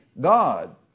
God